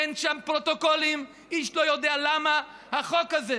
אין שם פרוטוקולים, איש לא יודע למה החוק הזה,